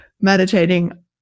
meditating